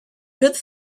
good